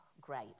great